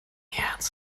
hands